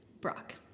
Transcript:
Brock